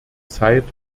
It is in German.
zeit